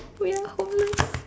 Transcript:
we are homeless